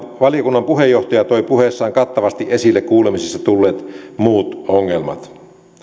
valiokunnan puheenjohtaja toi puheessaan kattavasti esille kuulemisissa tulleet muut ongelmat